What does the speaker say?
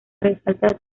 resalta